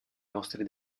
nostri